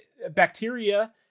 bacteria